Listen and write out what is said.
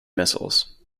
missiles